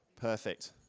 Perfect